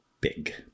Big